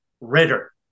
Ritter